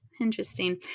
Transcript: Interesting